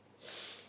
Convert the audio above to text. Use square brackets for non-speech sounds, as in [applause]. [noise]